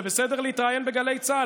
זה בסדר להתראיין בגלי צה"ל,